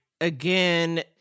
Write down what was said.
again